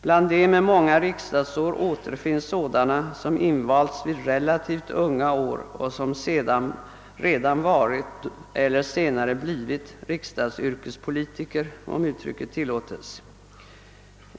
Bland riksdagsmännen med många riksdagsår återfinns sådana, som invalts vid relativt unga år och som redan då varit eller senare blivit »riksdagsyrkespolitiker», om uttrycket tillåtes.